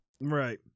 Right